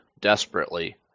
desperately